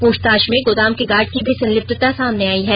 पूछताछ में गोदाम के गार्ड की भी संलिप्तता सामने आई है